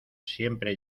siempre